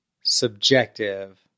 subjective